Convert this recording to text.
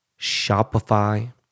Shopify